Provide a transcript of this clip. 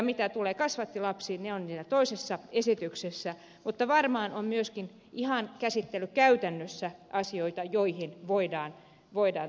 mitä tulee kasvattilapsiin ne ovat siinä toisessa esityksessä mutta varmaan on myöskin ihan käsittelykäytännössä asioita joihin voidaan puuttua